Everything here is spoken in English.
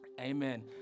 Amen